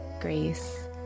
grace